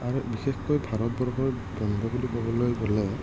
আৰু বিশেষকৈ ভাৰতবৰ্ষত বন্ধ বুলি ক'বলৈ গ'লে